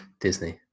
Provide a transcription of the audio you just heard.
Disney